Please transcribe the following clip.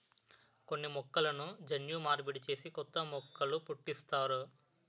కొన్ని మొక్కలను జన్యు మార్పిడి చేసి కొత్త మొక్కలు పుట్టిస్తారు